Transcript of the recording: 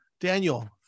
daniel